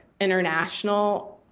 international